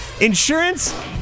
Insurance